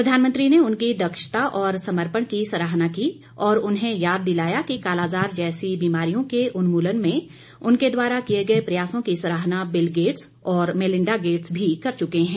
प्रधानमंत्री ने उनकी दक्षता और समर्पण की सराहना की और उन्हें याद दिलाया कि कालाजार जैसी बीमारियों के उन्मूलन में उनके द्वारा किये गये प्रयासों की सराहना बिल गेट्स और मेलिंडा गेट्स भी कर चुके है